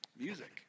Music